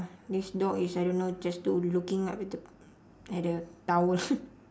this dog is I don't know just look looking up at the at the towel